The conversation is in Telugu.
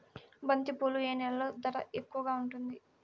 బంతిపూలు ఏ నెలలో ధర ఎక్కువగా ఉంటుంది?